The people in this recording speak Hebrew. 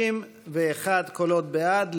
אנחנו עוברים להצבעה הרביעית והאחרונה